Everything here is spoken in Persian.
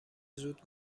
زود